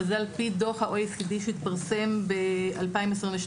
וזה על-פי דוח ה-OECD שהתפרסם ב-2022,